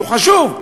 שהוא חשוב,